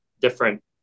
different